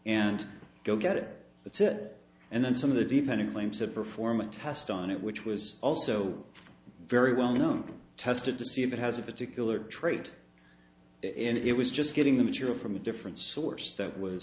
and go get it that's it and then some of the dependent claims that perform a test on it which was also very well known tested to see if it has a particular trait and it was just getting the material from a different source that was